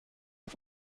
auf